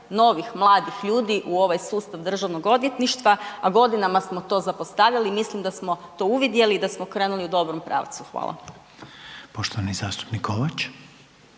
novih mladih ljudi u ovaj sustav državnog odvjetništva, a godinama smo to zapostavljali i mislim da smo to uvidjeli i da smo krenuli u dobrom pravcu. Hvala. **Reiner,